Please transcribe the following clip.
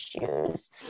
issues